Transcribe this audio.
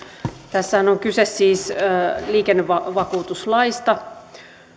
tässähän on kyse siis liikennevakuutuslaista